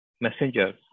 messengers